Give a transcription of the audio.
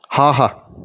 ஆஹா